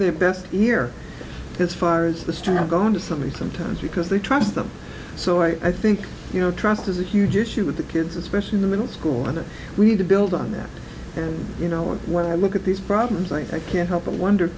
their best here because far as the strain of going to something sometimes because they trust them so i think you know trust is a huge issue with the kids especially in the middle school and we need to build on that and you know when i look at these problems i can't help but wonder